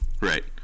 Right